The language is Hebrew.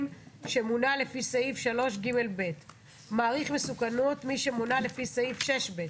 שמונה לפי סעיף 3ג(ב); "מעריך מסוכנות" מי שמונה לפי סעיף 6ב,